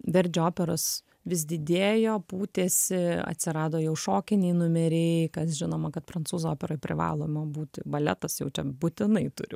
verdžio operos vis didėjo pūtėsi atsirado jau šokiniai numeriai kas žinoma kad prancūzų operoj privaloma būti baletas jau čia būtinai turi